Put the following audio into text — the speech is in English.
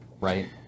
Right